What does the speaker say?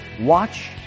watch